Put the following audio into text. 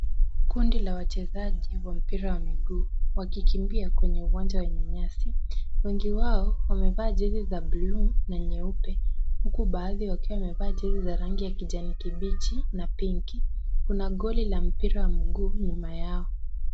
Kundi la wachezaji wa mpira wa miguu wakikimbia kwenye uwanja wenye nyasi. Wengi wao wamevaa jezi za buluu na nyeupe huku baadhi wakiwa wamevaa jezi za kijani kibichi na pinki. Kuna goli la mpira huko nyuma yao.